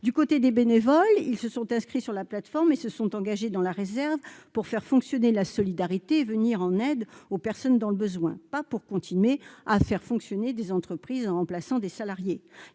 du côté des bénévoles, ils se sont inscrits sur la plateforme et se sont engagés dans la réserve pour faire fonctionner la solidarité et venir en aide aux personnes dans le besoin. Il ne s'agissait pas pour eux de faire fonctionner des entreprises en remplaçant des salariés